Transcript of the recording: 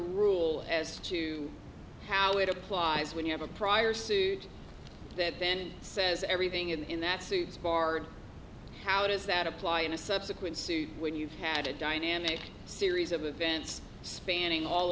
rule as to how it applies when you have a prior suit that then says everything in that suit so far how does that apply in a subsequent suit when you've had a dynamic series of events spanning all